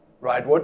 Right